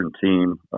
team